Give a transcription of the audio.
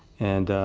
and,